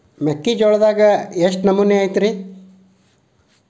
ಮೆಕ್ಕಿಜೋಳದಾಗ ಎಷ್ಟು ನಮೂನಿ ಐತ್ರೇ?